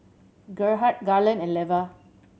Gerhard Garland and Leva